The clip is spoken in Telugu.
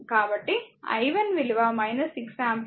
కాబట్టి i 1 విలువ 6 ఆంపియర్ వస్తుంది